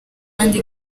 kandi